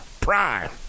Prime